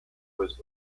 was